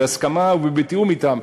בהסכמה ובתיאום אתם,